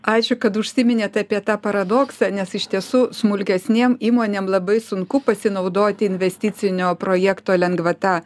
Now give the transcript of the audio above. ačiū kad užsiminėt apie tą paradoksą nes iš tiesų smulkesnėm įmonėm labai sunku pasinaudoti investicinio projekto lengvata